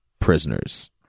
prisoners